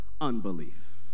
unbelief